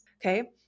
Okay